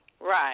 Right